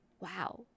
Wow